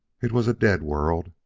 it was a dead world,